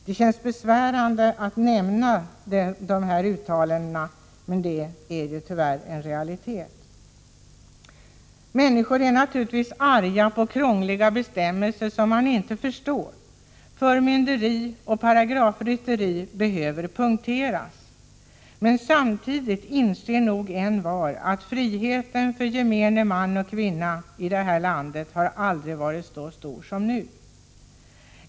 Det känns besvärande att nämna dessa uttalanden, men de är ju tyvärr en realitet. Människor är naturligtvis arga på krångliga bestämmelser som de inte förstår. Förmynderi och paragrafrytteri behöver punkteras. Men samtidigt inser nog envar att friheten för gemene man och kvinna i det här landet aldrig har varit så stor som nu.